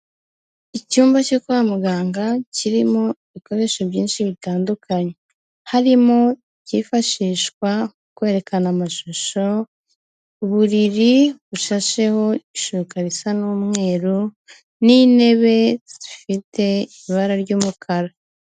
Icyumba cyo kwa muganga kirimo ibikoresho byinshi bitandukanye, harimo ibyifashishwa kwerekana amashusho, uburiri bushasheho ishuka risa n'umweru n'intebe zifite ibara ry'umukara.